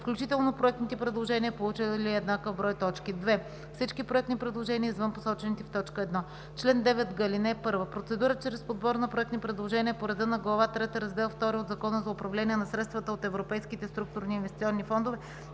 включително проектните предложения, получили еднакъв брой точки; 2. всички проектни предложения, извън посочените в т. 1. Чл. 9г. (1) Процедура чрез подбор на проектни предложения по реда на Глава трета, Раздел II от Закона за управление на средствата от Европейските структурни и инвестиционни фондове